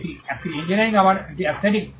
একটি ইঞ্জিনিয়ারিং আবার এস্থেটিক